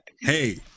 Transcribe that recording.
Hey